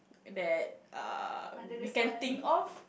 that uh we can think of